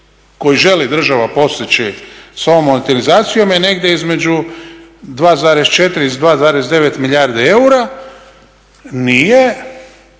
koji želi država postići sa ovom monetizacijom je negdje između 2,4, 2,9 milijardi eura nije